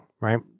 right